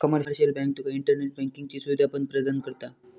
commercial bank तुका internet बँकिंगची सुवीधा पण प्रदान करता